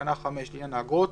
תקנה 5 לעניין האגרות,